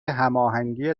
هماهنگی